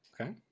Okay